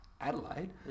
Adelaide